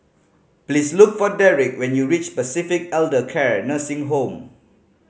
please look for Derek when you reach Pacific Elder Care Nursing Home